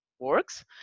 works